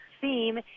theme